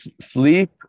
sleep